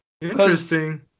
Interesting